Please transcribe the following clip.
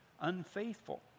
unfaithful